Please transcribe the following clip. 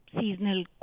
seasonal